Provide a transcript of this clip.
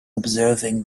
observing